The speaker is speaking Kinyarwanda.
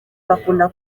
bakunda